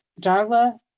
Darla